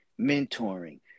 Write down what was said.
mentoring